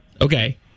Okay